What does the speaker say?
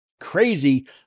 crazy